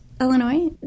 Illinois